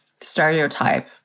stereotype